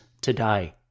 today